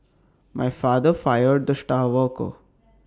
my father fired the star worker